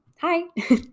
hi